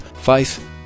Faith